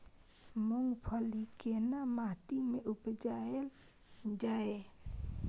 मूंगफली केना माटी में उपजायल जाय?